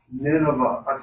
Nineveh